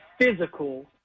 physical